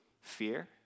Fear